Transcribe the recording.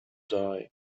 die